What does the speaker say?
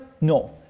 No